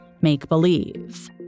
make-believe